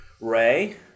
Ray